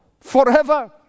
forever